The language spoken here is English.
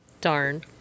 Darn